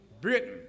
Britain